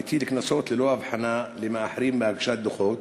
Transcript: המטיל קנסות ללא הבחנה למאחרים בהגשת דוחות?